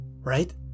right